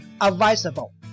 advisable